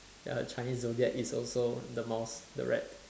ya her chinese zodiac is also the mouse the rat